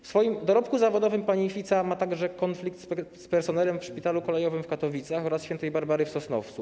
W swoim dorobku zawodowym pani Fica ma także konflikt z personelem w szpitalu kolejowym w Katowicach oraz szpitalu św. Barbary w Sosnowcu.